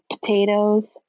potatoes